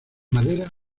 madera